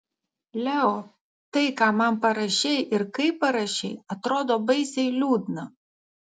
leo tai ką man parašei ir kaip parašei atrodo baisiai liūdna